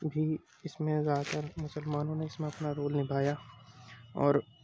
بھی اس میں زیادہ تر مسلمانوں نے اس میں اپنا رول نبھایا اور